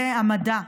זה מדע,